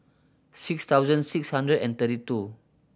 six thousand six hundred and thirty two